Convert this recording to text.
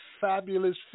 fabulous